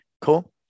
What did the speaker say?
Cool